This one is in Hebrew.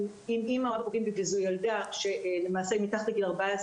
אם היא אומרת: אימא או אבא פוגעים בי וזו ילדה מתחת לגיל 14,